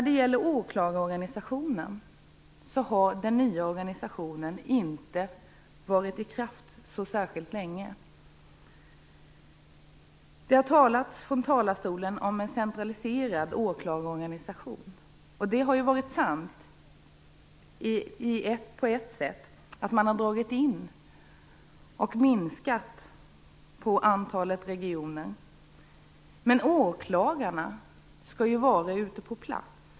Den nya åklagarorganisationen har inte varit i kraft särskilt länge. Det har från talarstolen talats om en centraliserad åklagarorganisation, och den beskrivningen stämmer på så sätt att man har dragit in och minskat på antalet regioner. Men åklagarna skall ju vara ute på plats.